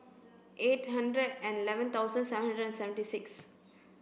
eight hundred and eleven thousand seven hundred and seventy six